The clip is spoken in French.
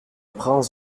prince